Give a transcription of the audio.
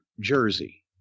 Jersey